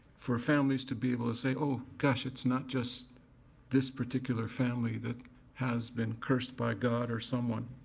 for families to be able to say, oh, gosh, it's not just this particular family that has been cursed by god or someone